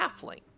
halfling